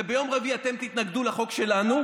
וביום רביעי אתם תתנגדו לחוק שלנו,